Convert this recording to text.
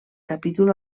capítol